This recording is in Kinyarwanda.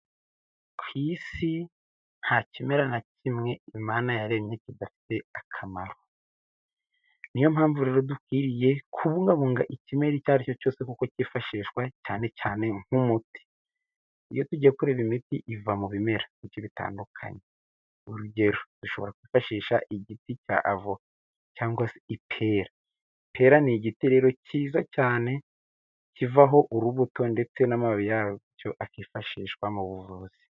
Ku Isi nta kimera na kimwe Imana yaremye kidafite akamaro, n'iyo mpamvu rero dukwiriye kubungabunga ikimera icyo aricyo cyose kuko cyifashishwa cyane cyane nk'umuti. Iyo tugiye kureba imiti iva mu bimera bike bitandukanye urugero dushobora kwifashisha igiti cy'avoka cyangwa se ipera. Ipera ni igiti rero cyiza cyane kivaho urubuto ndetse n'amababi yacyo akifashishwa mu buvuzi.